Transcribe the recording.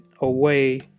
away